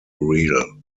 real